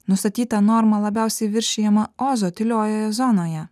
nustatyta norma labiausiai viršijama ozo tyliojoje zonoje